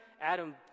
Adam